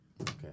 Okay